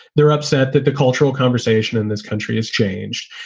they're upset that the cultural conversation in this country has changed.